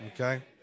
Okay